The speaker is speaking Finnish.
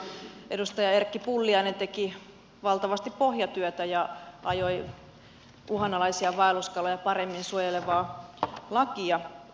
edellisellä kaudella edustaja erkki pulliainen teki valtavasti pohjatyötä ja ajoi uhanalaisia vaelluskaloja paremmin suojelevaa lakia